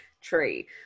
tree